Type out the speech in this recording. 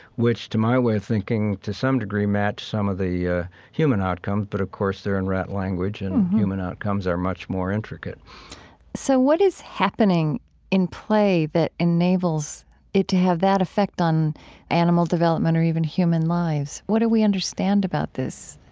which to my way of thinking, to some degree, match some of the ah human outcomes. but, of course, they're in rat language and human outcomes are much more intricate so what is happening in play that enables it to have that effect on animal development or even human lives? what do we understand about this?